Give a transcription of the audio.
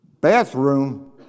Bathroom